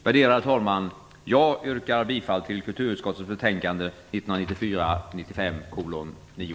Värderade talman! Jag yrkar bifall till hemställan i kulturutskottets betänkande 1994/95:9.